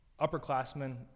upperclassmen